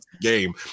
game